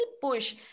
push